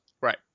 Right